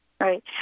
Right